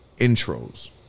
intros